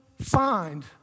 find